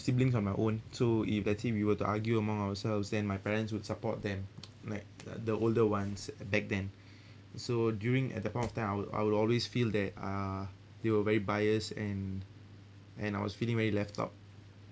siblings on my own so if let's say we were to argue among ourselves then my parents would support them like the older ones back then so during at that point of time I would I would always feel that uh they were very biased and and I was feeling very left out